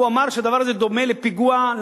שהדבר הזה דומה לפיגוע,